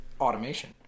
Automation